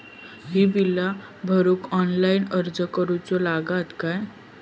ही बीला भरूक ऑनलाइन अर्ज करूचो लागत काय?